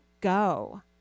go